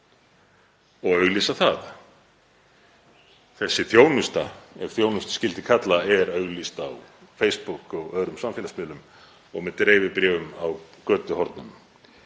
og auglýsa það. Þessi þjónusta, ef þjónustu skyldi kalla, er auglýst á Facebook og öðrum samfélagsmiðlum og með dreifibréfum á götuhornum